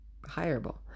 hireable